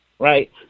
Right